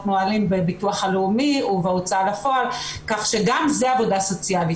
נהלים בביטוח הלאומי ובהוצאה לפועל כך שגם זה עבודה סוציאלית,